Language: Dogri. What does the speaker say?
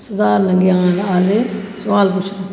सधारण ग्यान आह्ले सुआल पुच्छो